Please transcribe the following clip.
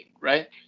right